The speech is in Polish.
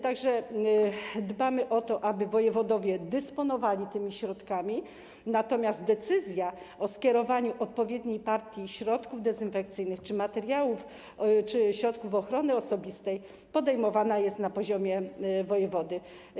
Tak że dbamy o to, aby wojewodowie dysponowali tymi środkami, natomiast decyzja o skierowaniu odpowiedniej partii środków dezynfekcyjnych czy materiałów, czy środków ochrony osobistej podejmowana jest na poziomie wojewody.